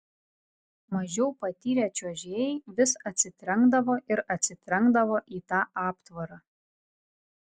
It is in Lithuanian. mažiau patyrę čiuožėjai vis atsitrenkdavo ir atsitrenkdavo į tą aptvarą